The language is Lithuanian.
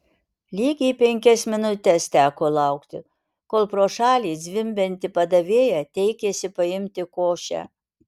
lygiai penkias minutes teko laukti kol pro šalį zvimbianti padavėja teikėsi paimti košę